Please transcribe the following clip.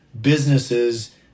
businesses